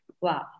Wow